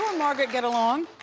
margaret get along?